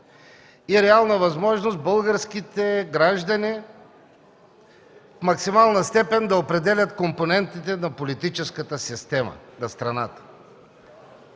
и реална възможност българските граждани в максимална степен да определят компонентите на политическата система на страната.